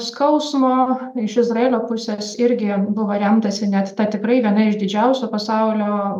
skausmo iš izraelio pusės irgi buvo remtasi net ta tikrai viena iš didžiausių pasaulio